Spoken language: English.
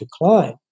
decline